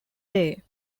day